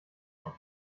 oft